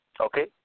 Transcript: Okay